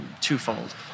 twofold